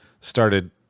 started